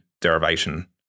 derivation